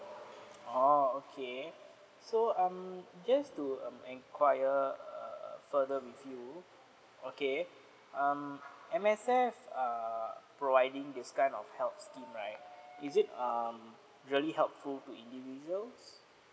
oh okay so um just to um enquire err further with you okay um M_S_F err providing this ind of help scheme right is it um really helpful to individuals